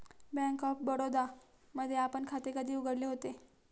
Bank of Baroda मध्ये आपण खाते कधी उघडले होते?